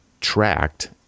tracked